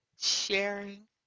sharing